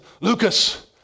Lucas